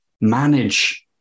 manage